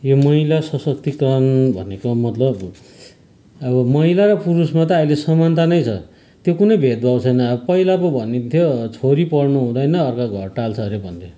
यो महिला सशक्तीकरण भनेको मतलब अब महिला र पुरुषमा त आहिले समानता नै छ त्यो कुनै भेदभाव छैन अब पहिला पो भनिन्थ्यो छोरी पढ्नु हुँदैन अर्काको घर टाल्छ अरे भन्थ्यो